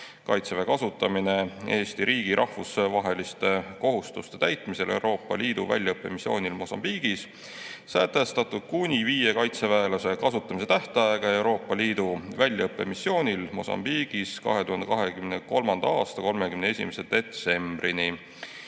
"Kaitseväe kasutamine Eesti riigi rahvusvaheliste kohustuste täitmisel Euroopa Liidu väljaõppemissioonil Mosambiigis" sätestatud kuni viie kaitseväelase kasutamise tähtaega Euroopa Liidu väljaõppemissioonil Mosambiigis 2023. aasta 31.